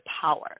power